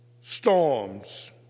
storms